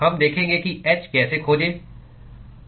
हम देखेंगे कि h कैसे खोजें